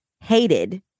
hated